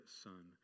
son